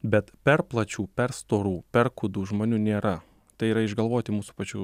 bet per plačių per storų per kūdų žmonių nėra tai yra išgalvoti mūsų pačių